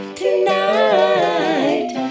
tonight